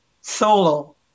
Solo